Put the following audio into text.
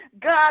God